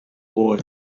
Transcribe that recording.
boy